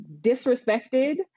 disrespected